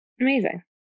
Amazing